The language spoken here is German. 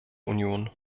union